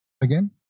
again